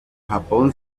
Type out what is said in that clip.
japón